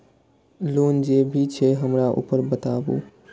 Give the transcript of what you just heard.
Loan जे भी छे हमरा ऊपर बताबू?